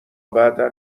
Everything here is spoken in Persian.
بعدا